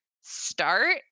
start